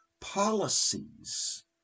policies